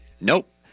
Nope